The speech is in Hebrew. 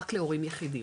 רק להורים יחידים,